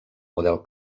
model